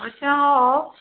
अच्छा आउ